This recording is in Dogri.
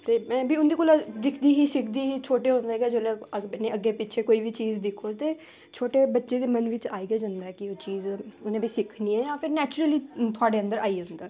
ते में बी उं'दे कोला दिखदी ही सिखदी ही छोटे होंदे गै जेल्लै अग्गें पिच्छे कोई बी चीज़ दिक्खो ते छोटे बच्चे दे मन बिच्च आई गै जंदा कि ओह् चीज उ'नें बी सिक्खनी ऐ जां फिर नैचुरली थुआढ़े अंदर आई जंदा